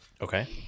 okay